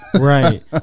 Right